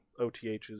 OTHS